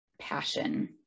passion